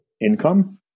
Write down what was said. income